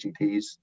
gps